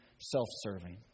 self-serving